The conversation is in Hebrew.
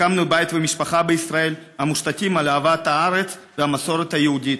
הקמנו בית ומשפחה בישראל המושתתים על אהבת הארץ והמסורת היהודית.